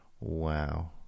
Wow